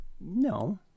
No